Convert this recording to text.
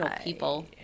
people